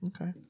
okay